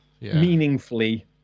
meaningfully